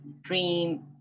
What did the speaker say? dream